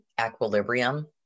equilibrium